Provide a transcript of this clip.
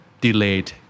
delayed